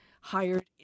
hired